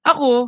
Ako